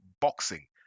boxing